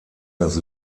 das